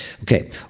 Okay